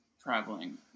traveling